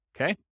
Okay